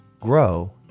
grow